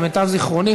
למיטב זיכרוני,